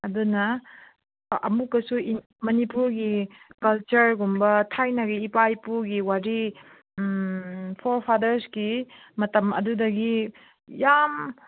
ꯑꯗꯨꯅ ꯑꯃꯨꯛꯀꯁꯨ ꯃꯅꯤꯄꯨꯔꯒꯤ ꯀꯜꯆꯔꯒꯨꯝꯕ ꯊꯥꯏꯅꯒꯤ ꯏꯄꯥ ꯏꯄꯨꯒꯤ ꯋꯥꯔꯤ ꯎꯝ ꯐꯣꯔ ꯐꯥꯗꯔꯁꯀꯤ ꯃꯇꯝ ꯑꯗꯨꯗꯒꯤ ꯌꯥꯝ